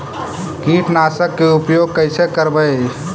कीटनाशक के उपयोग कैसे करबइ?